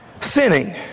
Sinning